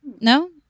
No